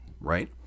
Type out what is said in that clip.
right